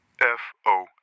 F-O